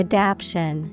Adaption